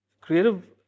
creative